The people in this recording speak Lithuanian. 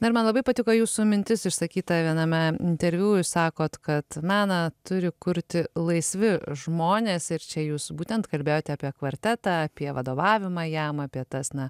na ir man labai patiko jūsų mintis išsakyta viename interviu jūs sakot kad meną turi kurti laisvi žmonės ir čia jūs būtent kalbėjote apie kvartetą apie vadovavimą jam apie tas na